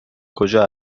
کجا